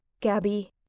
Gabby